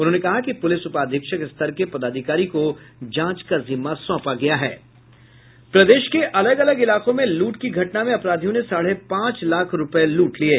उन्होंने कहा कि पुलिस उपाधीक्षक स्तर के पदाधिकारी को जांच का जिम्मा सौंपा गया है प्रदेश में अलग अलग इलाकों में लूट की घटना में अपराधियों ने साढ़े पांच लाख रूपये लूट लिये